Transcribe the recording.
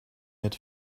had